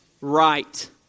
right